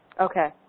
Okay